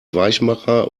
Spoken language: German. weichmacher